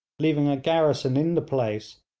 leaving a garrison in the place,